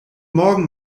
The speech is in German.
morgen